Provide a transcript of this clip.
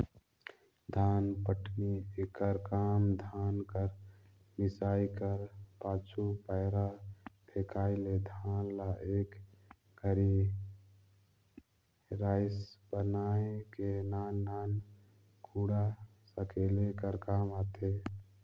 धानपटनी एकर काम धान कर मिसाए कर पाछू, पैरा फेकाए ले धान ल एक घरी राएस बनाए के नान नान कूढ़ा सकेले कर काम आथे